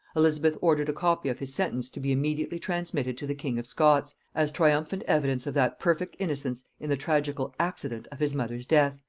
elizabeth ordered a copy of his sentence to be immediately transmitted to the king of scots, as triumphant evidence of that perfect innocence in the tragical accident of his mother's death,